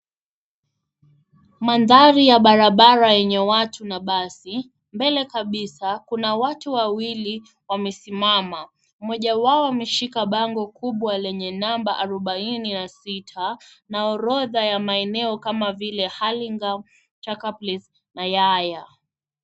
Mandhari ya barabara yenye watu na basi. Mbele kabisa, kuna watu wawili wamesimama. Mmoja wao ameshika bango kubwa lenye namba 46 na orodha ya maeneo kama vile Hurligham, Chaka place na Yaya.